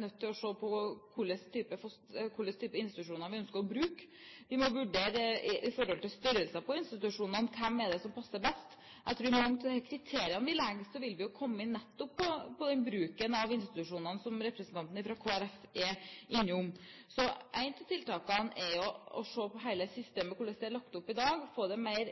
nødt til å se på hva slags institusjoner vi ønsker å bruke. Vi må vurdere størrelsen på institusjonene: Hvem er det som passer best? Jeg tror mange av de kriteriene vi legger til grunn, vil komme nettopp på den bruken av institusjonene som representanten fra Kristelig Folkeparti er innom. Et av tiltakene er å se på hele systemet, hvordan det er lagt opp i dag, og få det mer